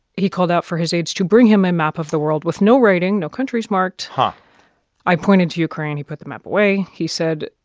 he called out for his aides to bring him a map of the world with no writing, no countries marked huh i pointed to ukraine. he put the map away. he said,